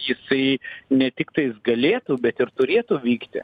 jisai ne tiktai jis galėtų bet ir turėtų vykti